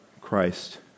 Christ